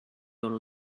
your